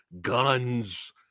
guns